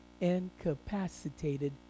incapacitated